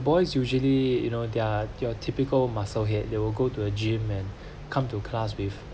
boys usually you know they're they're typical muscle here that will go to a gym and come to class with